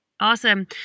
Awesome